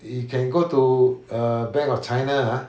you can go to err bank of china ah